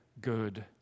good